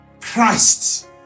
Christ